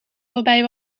voorbij